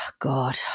God